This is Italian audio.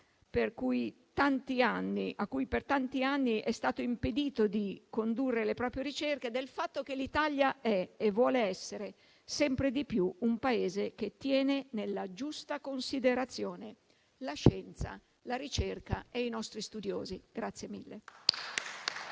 - a cui per tanti anni è stato impedito di condurre le proprie ricerche - del fatto che l'Italia è e vuole essere sempre di più un Paese che tiene nella giusta considerazione la scienza, la ricerca e i nostri studiosi.